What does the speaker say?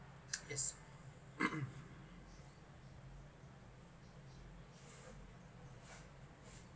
yes